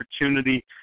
opportunity